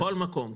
בכל מקום,